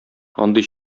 андый